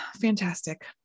fantastic